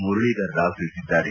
ಮುರಳೀಧರ್ ರಾವ್ ತಿಳಿಸಿದ್ದಾರೆ